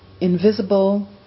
invisible